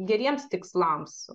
geriems tikslams